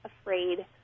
afraid